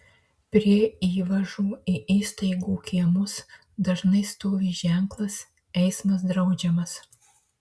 prie įvažų į įstaigų kiemus dažnai stovi ženklas eismas draudžiamas